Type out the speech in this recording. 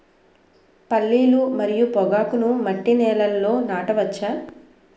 పల్లీలు మరియు పొగాకును మట్టి నేలల్లో నాట వచ్చా?